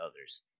others